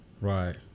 Right